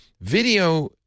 Video